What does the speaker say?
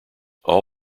all